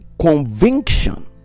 conviction